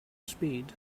speed